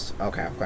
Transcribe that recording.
okay